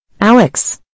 Alex